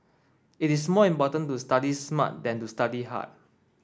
it is more important to study smart than to study hard